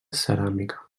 ceràmica